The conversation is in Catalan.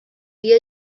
dia